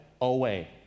away